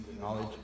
knowledge